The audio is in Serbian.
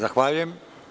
Zahvaljujem.